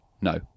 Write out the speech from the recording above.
No